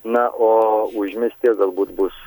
na o užmiestyje galbūt bus